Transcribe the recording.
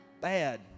Bad